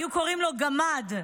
היו קוראים לו גמד,